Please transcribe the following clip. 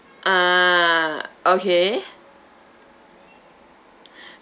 ah okay